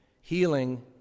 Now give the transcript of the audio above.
healing